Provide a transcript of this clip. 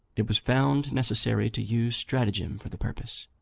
it was found necessary to use stratagem for the purpose.